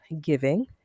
giving